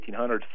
1800s